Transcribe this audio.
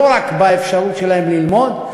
לא רק באפשרות שלהם ללמוד,